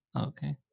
Okay